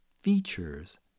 features